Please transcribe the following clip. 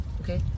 okay